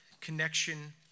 connection